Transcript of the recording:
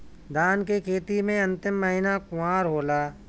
धान के खेती मे अन्तिम महीना कुवार होला?